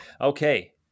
Okay